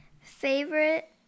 favorite